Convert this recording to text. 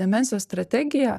demencijos strategija